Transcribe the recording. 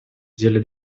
деле